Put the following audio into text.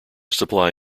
supply